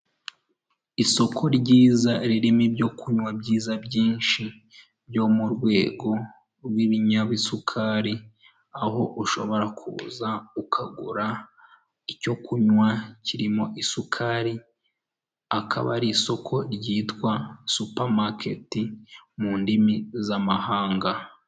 Isoko ryiza ririmo ibyo kunywa byiza byinshi, byo mu rwego rw'ibinyabisukari, aho ushobora kuza ukagura icyo kunywa kirimo isukari, akaba ari isoko ryitwa supamaketi mu ndimi z'amahanga.